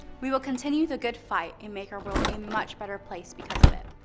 we will continue the good fight and make our world a much better place because of it.